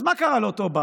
אז מה קרה לאותו בר?